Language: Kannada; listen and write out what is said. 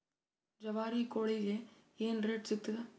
ಜವಾರಿ ಕೋಳಿಗಿ ಏನ್ ರೇಟ್ ಸಿಗ್ತದ?